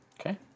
Okay